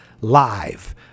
live